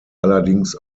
allerdings